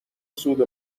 سود